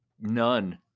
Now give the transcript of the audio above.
None